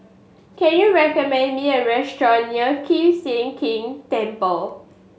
can you recommend me a restaurant near Kiew Sian King Temple